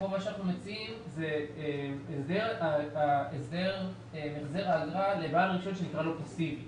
כאן אנחנו מציעים הסדר החזר האגרה לבעל רישיון שנקרא לו פסיבי.